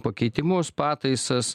pakeitimus pataisas